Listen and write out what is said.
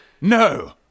No